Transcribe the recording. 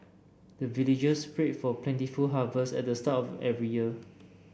the villagers pray for plentiful harvest at the start of every year